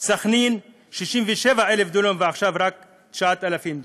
סח'נין, 67,000 דונם, ועכשיו רק 9,000 דונם.